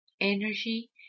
energy